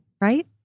Right